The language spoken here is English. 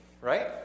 right